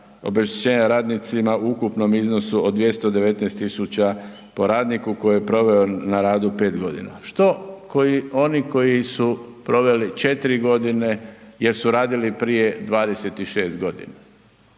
obeštećenja radnicima u ukupnom iznosu od 219.000 po radniku koji je proveo na radu 5 godina. Što oni koji su proveli 4 godine, jer su radili prije 26 godina?